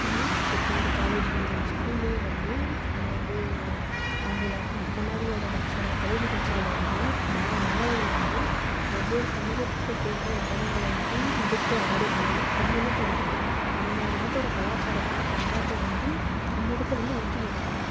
ஆனால் இப்போது ஒரு காலேஜுலேயோ இல்லை ஸ்கூல்லேயோ வந்து நம்ம வந்து ஆண்டு விழாக்கள் இந்த மாதிரியான ஃபங்க்ஷனில் கலை நிகழ்ச்சிகளில் வந்து மா மாணவர்கள் வந்து ஒவ்வொரு சமூகத்தை சேர்ந்த நடனங்களை வந்து எடுத்து ஆடும்போது அது என்ன பண்ணுதுன்னால் அந்த நாட்டோடய கலாச்சாரத்தையும் பண்பாட்டையும் வந்து அந்த இடத்துல வந்து ஒன்றிணைக்கிறது